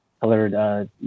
colored